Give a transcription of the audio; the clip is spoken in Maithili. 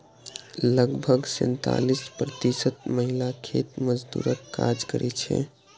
लगभग सैंतालिस प्रतिशत महिला खेत मजदूरक काज करै छै